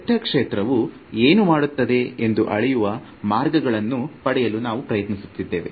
vector ಕ್ಷೇತ್ರವು ಏನು ಮಾಡುತ್ತದೆ ಎಂದು ಅಳೆಯುವ ಮಾರ್ಗಗಳನ್ನು ಪಡೆಯಲು ನಾವು ಪ್ರಯತ್ನಿಸುತ್ತಿದ್ದೇವೆ